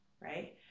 right